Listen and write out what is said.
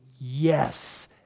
yes